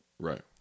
Right